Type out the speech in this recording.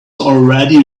already